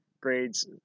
grades